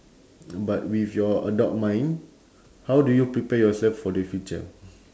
but with your adult mind how do you prepare yourself for the future